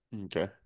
Okay